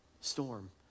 Storm